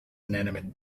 inanimate